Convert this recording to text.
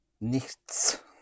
nichts